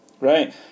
right